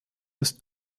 ist